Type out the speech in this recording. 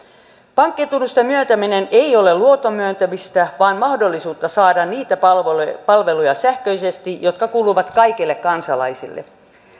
pankkitunnusten myöntäminen ei ole luoton myöntämistä vaan mahdollisuus saada sähköisesti niitä palveluja jotka kuuluvat kaikille kansalaisille